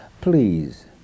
Please